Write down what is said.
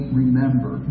remember